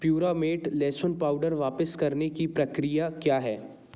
प्युरामेट लहसुन पाउडर वापस करने की प्रक्रिया क्या है